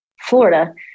Florida